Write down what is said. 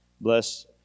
Bless